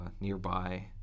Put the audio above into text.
nearby